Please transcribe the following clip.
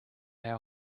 how